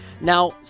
Now